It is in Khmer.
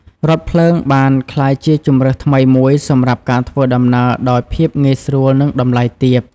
រថភ្លើងបានក្លាយជាជម្រើសថ្មីមួយសម្រាប់ការធ្វើដំណើរដោយភាពងាយស្រួលនិងតម្លៃទាប។